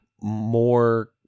more